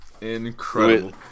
Incredible